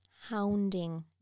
hounding